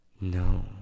No